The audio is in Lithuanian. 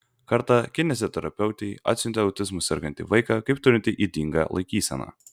kartą kineziterapeutei atsiuntė autizmu sergantį vaiką kaip turintį ydingą laikyseną